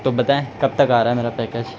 تو بتائیں کب تک آ رہا ہے میرا پیکج